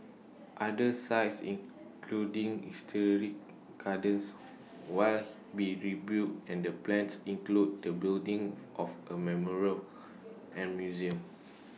other sites including historic gardens will be rebuilt and the plans includes the building of A memorial and museum